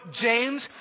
James